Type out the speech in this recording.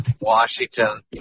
Washington